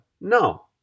No